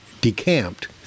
decamped